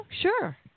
Sure